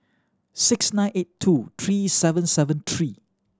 six nine eight two three seven seven three